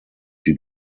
die